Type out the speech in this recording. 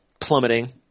plummeting